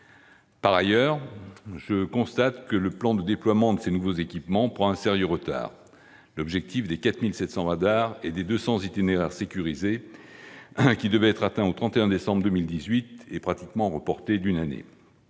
Par ailleurs, je constate que le plan de déploiement de ces nouveaux équipements prend un sérieux retard. L'objectif des 4 700 radars et des 200 itinéraires sécurisés, qui devait être atteint au 31 décembre 2018, est pratiquement reporté d'une année.